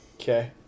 Okay